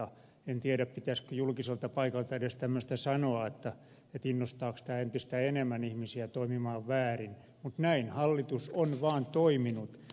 en tiedä pitäisikö julkiselta paikalta edes tällaista sanoa eli innostaako tämä entistä enemmän ihmisiä toimimaan väärin mutta näin hallitus on vaan toiminut